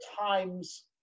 times